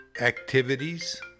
activities